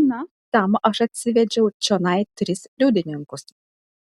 na tam aš atsivedžiau čionai tris liudininkus